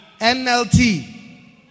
NLT